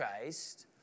Christ